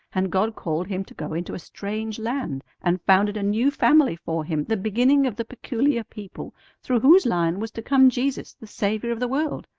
and god called him to go into a strange land and founded a new family for him, the beginning of the peculiar people through whose line was to come jesus, the saviour of the world.